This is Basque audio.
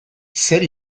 zer